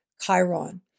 Chiron